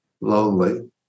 lonely